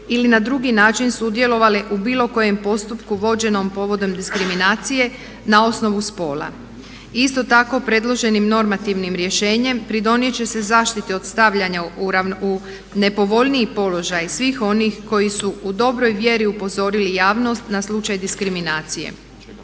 ili na drugi način sudjelovale u bilo kojem postupku vođenom povodom diskriminacije na osnovu spola. Isto tako predloženim normativnim rješenjem pridonijet će se zaštiti od stavljanja u nepovoljniji položaj svih onih koji su u dobroj vjeri upozorili javnost na slučaj diskriminacije.